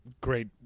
great